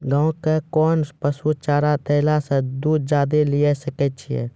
गाय के कोंन पसुचारा देला से दूध ज्यादा लिये सकय छियै?